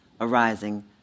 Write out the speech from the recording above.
arising